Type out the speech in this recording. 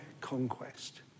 conquest